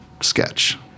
sketch